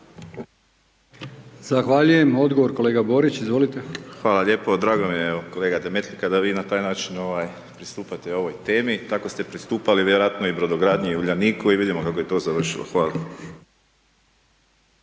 Zahvaljujem. Odgovor, kolega Borić, izvolite. **Borić, Josip (HDZ)** Hvala lijepo. Drago mi je evo kolega Demetlika da vi na taj način pristupate ovoj temi. Tako ste pristupali vjerojatno i brodogradnji i Uljaniku i vidimo kako je to završilo. Hvala.